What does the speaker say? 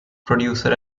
producer